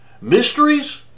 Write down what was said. Mysteries